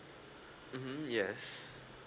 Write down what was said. mmhmm yes